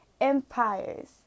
empires